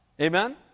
Amen